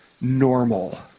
normal